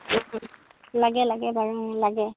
লাগে লাগে বাৰু লাগে